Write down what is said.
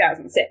2006